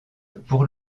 pour